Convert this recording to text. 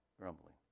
grumbling